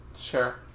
Sure